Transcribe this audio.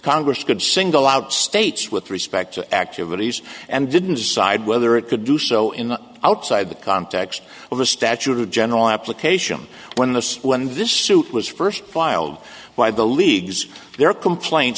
congress could single out states with respect to activities and didn't decide whether it could do so in outside the context of a statute or general application when this when this suit was first filed by the leagues their complaint